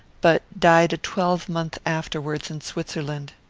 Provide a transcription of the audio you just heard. but died a twelvemonth afterwards in switzerland.